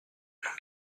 nombre